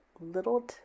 little